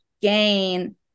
gain